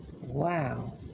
Wow